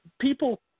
people